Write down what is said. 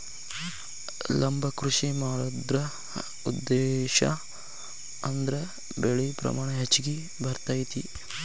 ಲಂಬ ಕೃಷಿ ಮಾಡುದ್ರ ಉದ್ದೇಶಾ ಅಂದ್ರ ಬೆಳೆ ಪ್ರಮಾಣ ಹೆಚ್ಗಿ ಬರ್ತೈತಿ